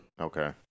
Okay